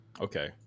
Okay